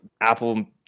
apple